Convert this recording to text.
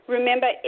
Remember